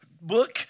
book